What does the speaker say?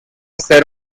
ser